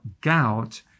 gout